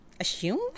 Assume